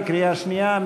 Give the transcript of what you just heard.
בקריאה שנייה.